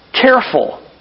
careful